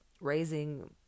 raising